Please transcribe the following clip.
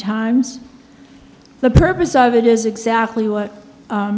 times the purpose of it is exactly what